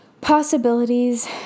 possibilities